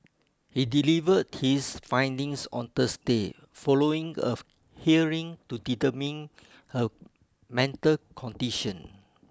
he delivered his findings on Thursday following of hearing to determine her mental condition